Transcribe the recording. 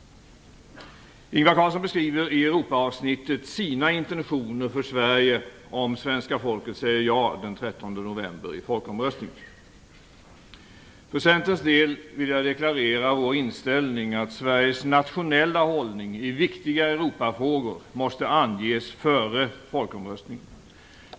Ingvar Carlsson beskriver i Europaavsnittet sina intentioner för Sverige om svenska folket säger ja den 13 november i folkomröstningen. För Centerns del vill jag deklarera vår inställning att Sveriges nationella hållning i viktiga Europafrågor måste anges före folkomröstningen.